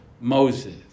Moses